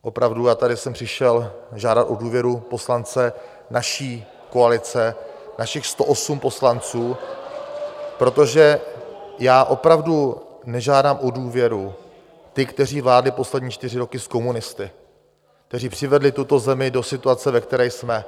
Opravdu já jsem tady přišel žádat o důvěru poslance naší koalice, našich 108 poslanců, protože já opravdu nežádám o důvěru ty, kteří vládli poslední čtyři roky s komunisty, kteří přivedli tuto zemi do situace, ve které jsme.